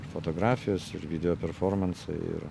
fotografijos ir video performansai ir